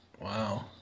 Wow